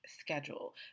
schedule